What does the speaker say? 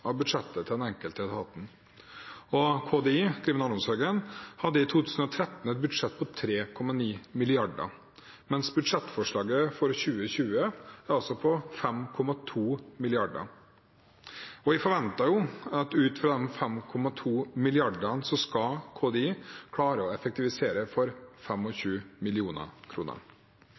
av budsjettet til den enkelte etaten. KDI, Kriminalomsorgsdirektoratet, hadde i 2013 et budsjett på 3,9 mrd. kr, mens budsjettforslaget for 2020 er på 5,2 mrd. kr. Jeg forventer at KDI ut fra 5,2 mrd. kr skal klare å effektivisere for